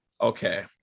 okay